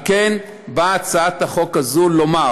על כן באה הצעת החוק הזאת לומר